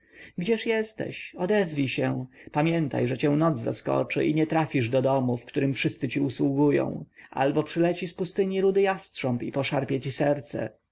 gdzież jesteś odezwij się pamiętaj że cię noc zaskoczy i nie trafisz do domu w którym wszyscy ci usługują albo przyleci z pustyni rudy jastrząb i poszarpie ci serce